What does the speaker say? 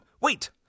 wait